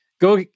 Go